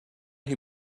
who